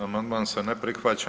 Amandman se ne prihvaća.